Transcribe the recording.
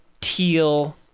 teal-